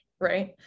right